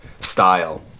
style